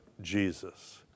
Jesus